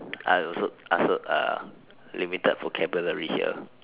I also I also uh limited vocabulary here